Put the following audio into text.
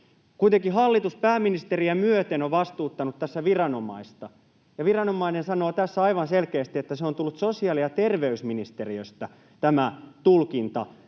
Kuitenkin hallitus pääministeriä myöten on vastuuttanut tässä viranomaista, ja viranomainen sanoo tässä aivan selkeästi, että sosiaali‑ ja terveysministeriöstä on tullut